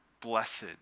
blessed